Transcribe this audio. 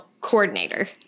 coordinator